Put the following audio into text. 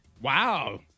Wow